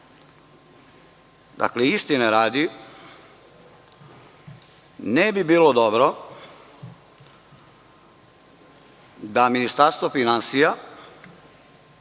istine radi, ne bi bilo dobro da Ministarstvo finansija,